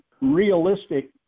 realistic